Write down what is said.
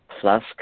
plus